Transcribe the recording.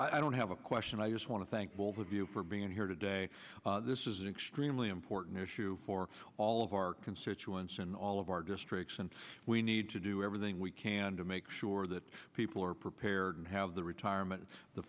chairman i don't have a question i just want to thank both of you for being here today this is an extremely important issue for all of our constituents in all of our districts and we need to do everything we can to make sure that people are prepared and have the retirement the